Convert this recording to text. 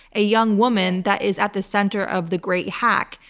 a young woman that is at the center of the great hack.